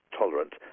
tolerant